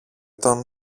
τον